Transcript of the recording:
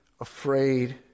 afraid